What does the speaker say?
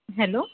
hello